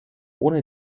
ohne